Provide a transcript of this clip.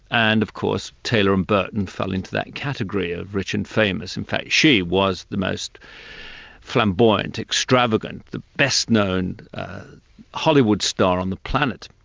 and of course taylor and burton fell into that category of rich and famous. in fact she was the most flamboyant, extravagant, the best-known hollywood star on the planet.